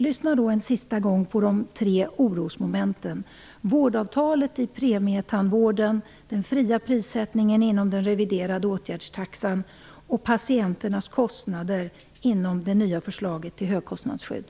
Jag vill upprepa de tre orosmomenten: vårdavtalet i premietandvården, den fria prissättningen i den reviderade åtgärdstaxan och patienternas kostnader i det nya förslaget till högkostnadsskydd.